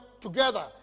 together